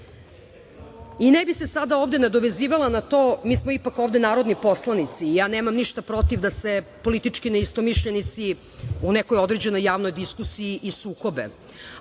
bi se sada ovde nadovezivala na to, mi smo ipak ovde narodni poslanici i nemam ništa protiv da se politički neistomišljenici u nekoj određenoj javnoj diskusiji i sukobe,